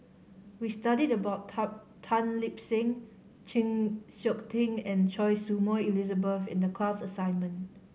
we studied about Tan Tan Lip Seng Chng Seok Tin and Choy Su Moi Elizabeth in the class assignment